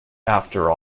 after